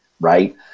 Right